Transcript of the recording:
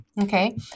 Okay